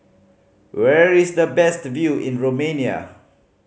where is the best view in Romania